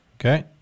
Okay